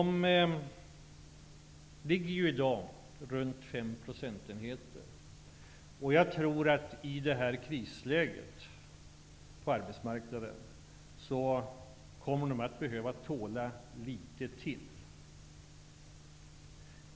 Man ligger i dag runt 5 procentenheter. Jag tror att man i detta krisläge på arbetsmarknaden kommer att behöva tåla litet till.